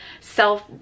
self